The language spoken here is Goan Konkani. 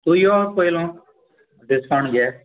तुं यो पयलो डिस्कावंट घे